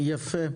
יפה,